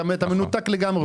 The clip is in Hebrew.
אתה מנותק לגמרי.